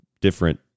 different